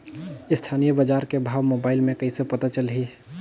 स्थानीय बजार के भाव मोबाइल मे कइसे पता चलही?